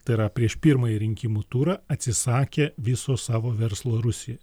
tai yra prieš pirmąjį rinkimų turą atsisakė viso savo verslo rusijoj